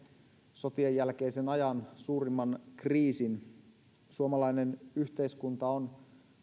sotien jälkeisen ajan suurimman kriisin suomalainen yhteiskunta on